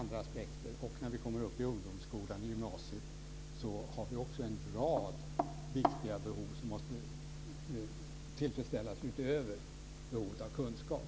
När man sedan kommer upp i ungdomsskolan, i gymnasiet, är det också en rad viktiga behov som måste tillfredsställas utöver behovet av kunskap.